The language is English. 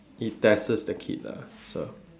it tests the kid lah so